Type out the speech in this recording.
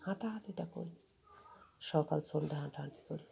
হাঁটাহাঁটিটা করি সকাল সন্ধ্যা হাঁটাহাঁটি করি